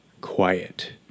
quiet